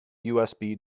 usb